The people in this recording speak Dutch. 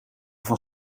van